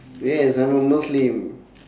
yes I'm a muslim